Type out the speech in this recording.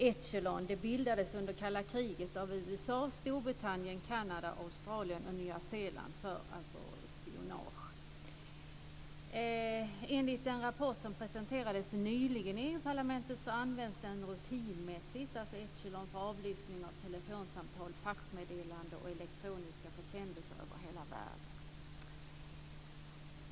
Enligt den rapport som nyligen presenterades i EU-parlamentet används Echelon rutinmässigt för avlyssning av telefonsamtal, faxmeddelanden och elektroniska försändelser över hela världen.